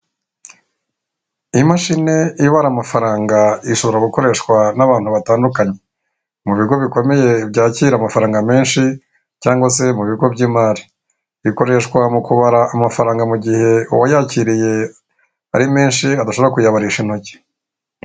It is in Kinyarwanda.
Imashini ibara amafaranga ishobora gukoreshwa n'abantu batandukanye, mu bigo bikomeye byakira amafaranga menshi cyangwa se mu bigo by'imari, ikoreshwa mu kubara amafaranga mu gihe uwayakiriye ari menshi adashobora kuyabarisha intoki.